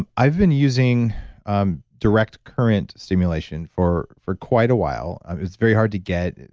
um i've been using um direct current stimulation for for quite a while. it's very hard to get.